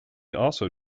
also